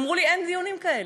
אמרו לי: אין דיונים כאלה.